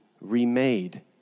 remade